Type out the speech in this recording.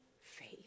faith